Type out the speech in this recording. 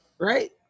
right